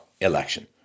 election